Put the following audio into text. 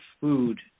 food